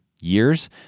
years